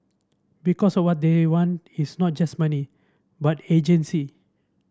because what they want is not just money but agency